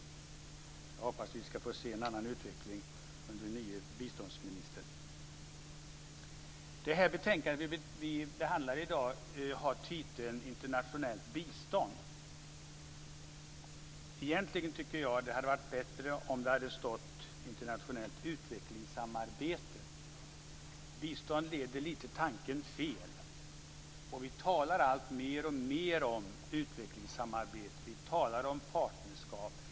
Jag hoppas att vi ska få se en annan utveckling under den nya biståndsministern. Det betänkande vi behandlar i dag har titeln Internationellt bistånd. Egentligen tycker jag att det hade varit bättre om det hade stått "internationellt utvecklingssamarbete". Bistånd leder tanken lite fel. Vi talar mer och mer om utvecklingssamarbete. Vi talar om partnerskap.